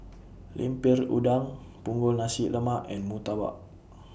Lemper Udang Punggol Nasi Lemak and Murtabak